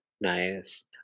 Nice